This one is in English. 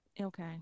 Okay